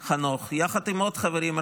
חנוך, יחד עם עוד חברים.